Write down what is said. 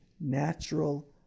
natural